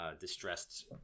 distressed